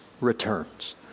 returns